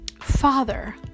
Father